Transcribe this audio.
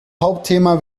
hauptthema